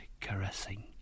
caressing